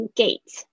gate